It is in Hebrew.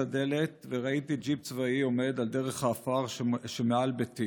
הדלת וראיתי ג'יפ צבאי עומד על דרך העפר שמעל ביתי,